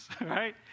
right